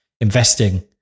investing